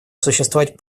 существовать